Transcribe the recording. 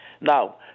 Now